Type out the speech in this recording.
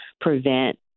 prevent